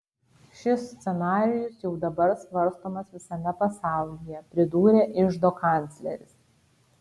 šis scenarijus jau dabar svarstomas visame pasaulyje pridūrė iždo kancleris